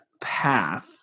path